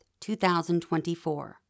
2024